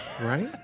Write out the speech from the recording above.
Right